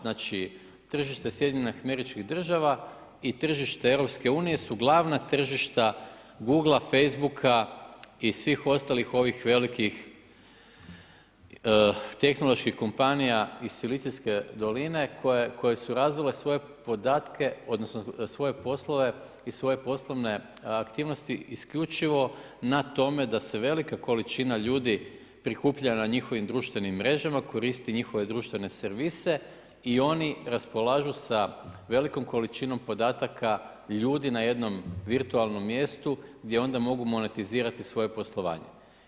Znači tržište SAD-a i tržište EU, su glavna tržišta Google, Facebooka i svih ostalih ovih velikih tehnoloških kompanija iz silicijske doline, koje su razvile svoje podatke, odnosno, svoje poslove i svoje poslovne aktivnosti, isključivo na tome da se velika količina ljudi prikuplja na njihovim društvenim mrežama koristi njihove društvene servise i oni raspolažu sa velikom količinom podataka ljudi na jednom virtualnom mjestu, gdje onda mogu monetizirati svoje poslovanje.